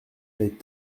les